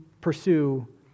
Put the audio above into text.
pursue